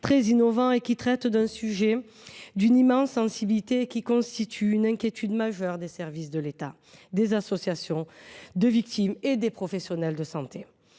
très innovant, il traite d’un sujet d’une immense sensibilité qui constitue une inquiétude majeure pour les services de l’État, les associations de victimes et les professionnels de santé.